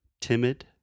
Timid